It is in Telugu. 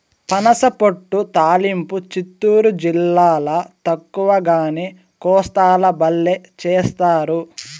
పనసపొట్టు తాలింపు చిత్తూరు జిల్లాల తక్కువగానీ, కోస్తాల బల్లే చేస్తారు